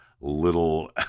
little